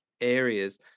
areas